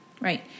right